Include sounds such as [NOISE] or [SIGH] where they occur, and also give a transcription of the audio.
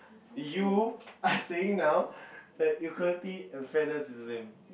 you are [LAUGHS] saying now that equality and fairness is the same